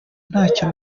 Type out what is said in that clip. ntacyo